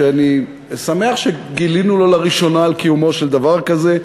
ואני שמח שגילינו לו לראשונה על קיומו של דבר כזה.